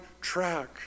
track